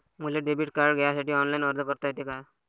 मले debit card घ्यासाठी online अर्ज करता येते का?